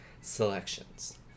selections